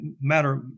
Matter